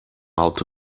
alto